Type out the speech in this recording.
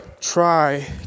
try